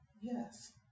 Yes